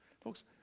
Folks